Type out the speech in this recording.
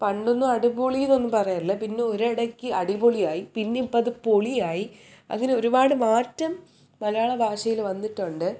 പണ്ടൊന്നും അടിപൊളി എന്നൊന്നും പറയാറില്ല പിന്നെ ഒരു ഇടയ്ക്ക് അടിപൊളി ആയി പിന്നെ ഇപ്പം അത് പൊളി ആയി അങ്ങനെ ഒരുപാട് മാറ്റം മലയാള ഭാഷയിൽ വന്നിട്ടുണ്ട്